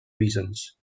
reasons